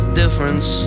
difference